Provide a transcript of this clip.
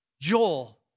Joel